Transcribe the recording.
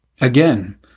Again